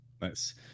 Nice